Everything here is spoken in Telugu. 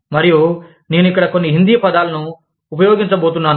మరియు నేను ఇక్కడ కొన్ని హిందీ పదాలను ఉపయోగించబోతున్నాను